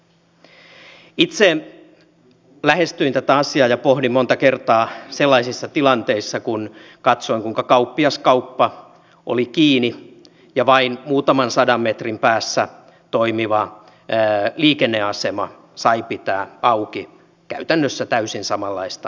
itse lähestyin tätä asiaa ja pohdin monta kertaa sellaisissa tilanteissa kun katsoin kuinka kauppiaskauppa oli kiinni ja vain muutaman sadan metrin päässä toimiva liikenneasema sai pitää auki käytännössä täysin samanlaista ruokakauppaa